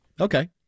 Okay